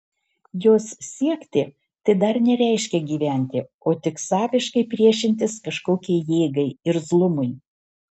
jos siekti tai dar nereiškia gyventi o tik saviškai priešintis kažkokiai jėgai irzlumui